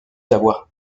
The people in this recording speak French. d’avoir